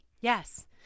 Yes